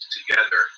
together